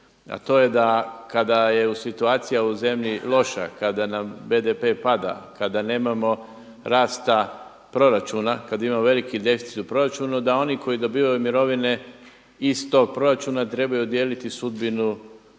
a to je da kada je u situacija u zemlji loša, kada nam BDP pada, kada nemamo rasta proračuna, kada imamo veliki deficit u proračunu da oni koji dobivaju mirovine iz tog proračuna trebaju dijeliti sudbinu